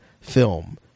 film